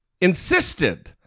insisted